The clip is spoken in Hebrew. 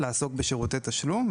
לעסוק בשירותי תשלום.